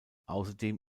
außerdem